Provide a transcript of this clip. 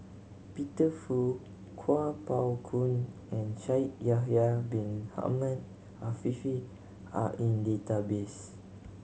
Peter Fu Kuo Pao Kun and Shaikh Yahya Bin Ahmed Afifi are in database